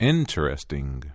Interesting